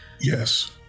Yes